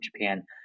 Japan